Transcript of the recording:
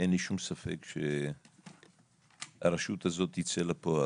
אין לי שום ספק שהרשות הזאת תצא לפועל.